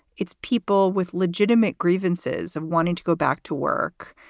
it's people with legitimate grievances of wanting to go back to work.